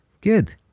Good